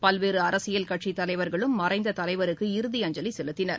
பல்வேறுஅரசியல் கட்சித் தலைவர்களும் மறைந்ததலைவருக்கு இறுதி அஞ்சலிசெலுத்தினர்